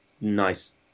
nice